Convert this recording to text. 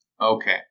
Okay